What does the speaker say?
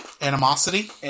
Animosity